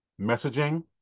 messaging